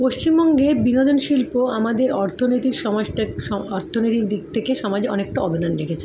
পশ্চিমবঙ্গে বিনোদন শিল্প আমাদের অর্থনৈতিক সমাজটাক স অর্থনৈতিক দিক থেকে সমাজে অনেকটা অবদান রেখেছে